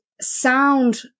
sound